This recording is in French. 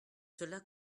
cela